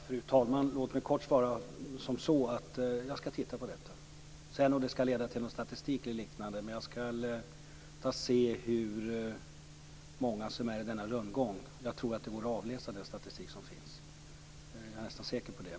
Fru talman! Låt mig kort svara som så, att jag skall titta på detta. Om det skall leda till någon statistik eller liknande vet jag inte, men jag skall undersöka hur många som är i denna rundgång. Jag tror att det går att avläsa i den statistik som finns. Jag är nästan säker på det.